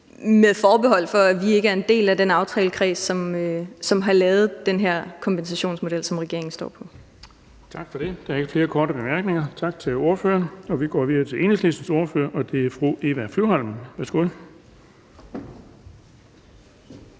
det forbehold, at vi ikke er en del af den aftalekreds, som har lavet den her kompensationsmodel, som regeringen står for Kl. 16:45 Den fg. formand (Erling Bonnesen): Tak for det. Der er ikke flere korte bemærkninger. Tak til ordføreren. Vi går videre til Enhedslistens ordfører, og det er fru Eva Flyvholm. Værsgo.